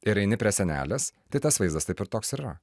ir eini prie sienelės tai tas vaizdas taip ir toks yra